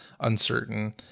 uncertain